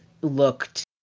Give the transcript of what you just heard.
looked